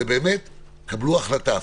קבלו החלטה.